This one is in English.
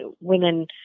women